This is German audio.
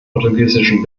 portugiesischen